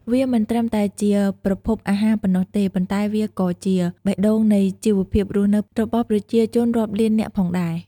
វាមិនត្រឹមតែជាប្រភពអាហារប៉ុណ្ណោះទេ ប៉ុន្តែវាក៏ជាបេះដូងនៃជីវភាពរស់នៅរបស់ប្រជាជនរាប់លាននាក់ផងដែរ។